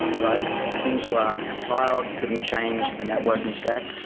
but things were compiled. you couldn't change the networking stack.